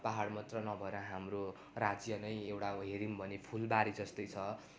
पाहाड मात्र नभएर हाम्रो राज्य नै एउटा हेऱ्यौँ भने फुलबारी जस्तै छ